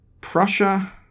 Prussia